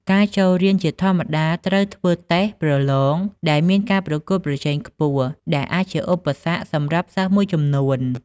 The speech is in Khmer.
ការចូលរៀនជាធម្មតាត្រូវធ្វើតេស្តប្រឡងដែលមានការប្រកួតប្រជែងខ្ពស់ ដែលអាចជាឧបសគ្គសម្រាប់សិស្សមួយចំនួន។